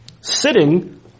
sitting